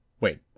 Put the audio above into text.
Wait